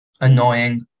annoying